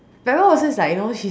but Emma Watson is like you know she